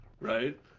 right